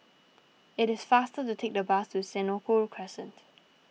it is faster to take the bus to Senoko Crescent